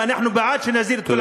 ואנחנו בעד שנסדיר את כל הבנייה,